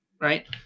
right